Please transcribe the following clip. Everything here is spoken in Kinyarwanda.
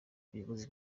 umuyobozi